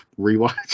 rewatch